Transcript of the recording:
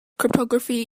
cryptography